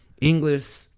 English